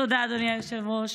תודה, אדוני היושב-ראש.